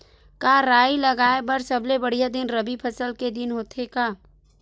का राई लगाय बर सबले बढ़िया दिन रबी फसल के दिन होथे का?